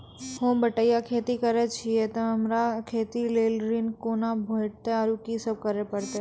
होम बटैया खेती करै छियै तऽ हमरा खेती लेल ऋण कुना भेंटते, आर कि सब करें परतै?